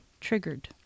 triggered